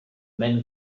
men